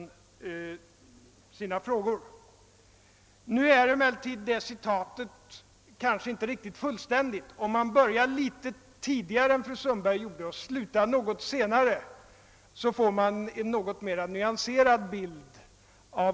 Men fru Sundbergs citat är kanske inte riktigt fullständigt — om man börjar litet tidigare än fru Sundberg och slutar något senare får man en något mera nyanserad bild.